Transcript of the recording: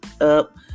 up